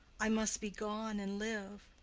i must be gone and live,